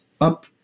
up